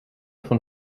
von